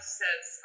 says